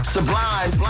Sublime